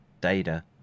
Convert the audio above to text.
data